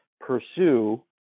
pursue